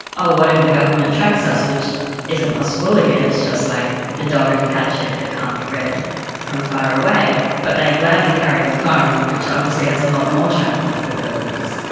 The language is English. oh, what if the government tracks us which isn't possible. again, it's just like the dog and cat chip that can't be read from far away. but they gladly carry a phone which obviously has a lot more tracking capabilities.